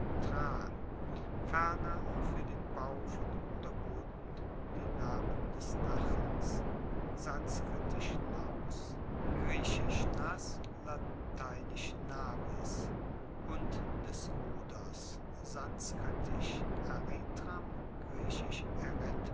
ferner fuer den bau von ruderbooten die namen des nachens sanskritisch nus griechisch lateinisch navis und des ruders